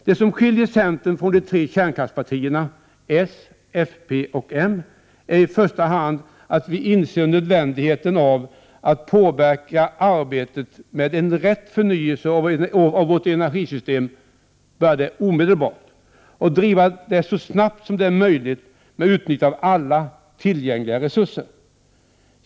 Det som skiljer centern från de tre kärnkraftspartierna —s, fp och m — är i första hand att vi inser nödvändigheten av att påbörja arbetet med en adekvat förnyelse av vårt energisystem omedelbart och driva den så snabbt som det är möjligt med utnyttjande av alla tillgängliga resurser.